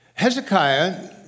Hezekiah